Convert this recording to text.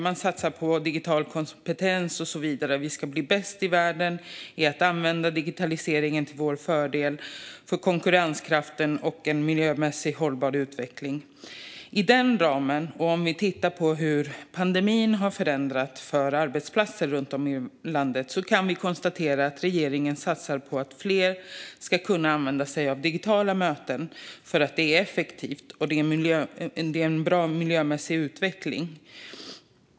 Man satsar på digital kompetens och så vidare. Vi ska bli bäst i världen på att använda digitaliseringen till vår fördel för konkurrenskraften och en miljömässigt hållbar utveckling. Med den ramen, och om vi tittar på hur pandemin har förändrat situationen för arbetsplatser runt om i landet, kan vi konstatera att regeringen satsar på att fler ska kunna använda sig av digitala möten för att det är effektivt och en bra miljömässig utveckling.